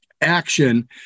action